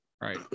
right